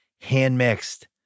hand-mixed